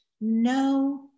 no